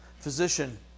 Physician